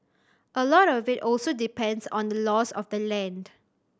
a lot of it also depends on the laws of the land